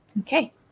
okay